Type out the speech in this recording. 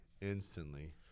Instantly